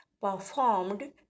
performed